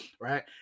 right